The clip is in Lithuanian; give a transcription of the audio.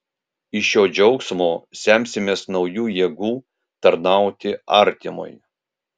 iš šio džiaugsmo semsimės naujų jėgų tarnauti artimui